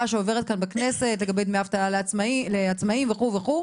שעוברת כאן בכנסת לגבי דמי אבטלה לעצמאים וכו' וכו'.